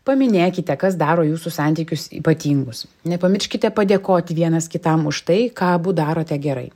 paminėkite kas daro jūsų santykius ypatingus nepamirškite padėkoti vienas kitam už tai ką abu darote gerai